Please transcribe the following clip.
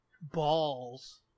balls